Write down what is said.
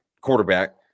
quarterback